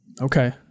Okay